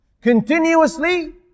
continuously